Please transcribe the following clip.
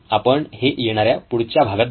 आपण हे येणाऱ्या पुढच्या भागात बघू